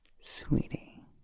Sweetie